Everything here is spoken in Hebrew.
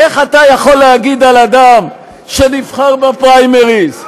איך אתה יכול להגיד על אדם שנבחר בפריימריז,